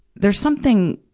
there's something,